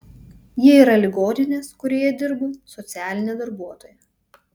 ji yra ligoninės kurioje dirbu socialinė darbuotoja